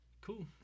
cool